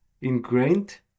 ingrained